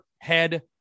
head